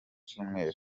cyumweru